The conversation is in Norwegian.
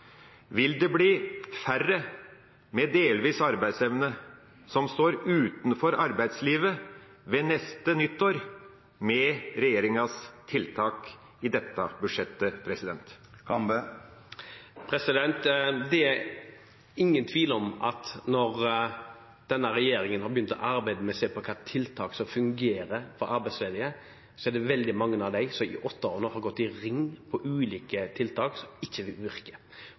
Vil det bli færre med delvis arbeidsevne som står utenfor arbeidslivet ved neste nyttår, med regjeringas tiltak i dette budsjettet? Det er ingen tvil om at når denne regjeringen har begynt å arbeide med å se på hvilke tiltak som fungerer for arbeidsledige, ser den at veldig mange av dem i åtte år nå har gått i ring på ulike tiltak som ikke